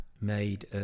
made